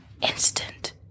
instant